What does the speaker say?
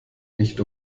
nicht